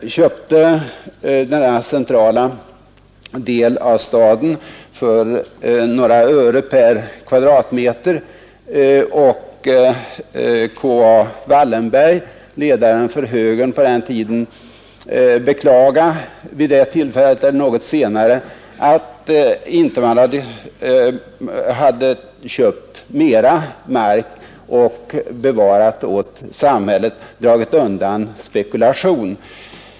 För denna centrala del av staden betalade man endast några öre per kvadratmeter. K. A. Wallenberg, ledaren för högern på den tiden, beklagade vid det tillfället eller något senare att man inte köpte ännu mera mark för att bevara den åt samhället och skydda den mot spekulation.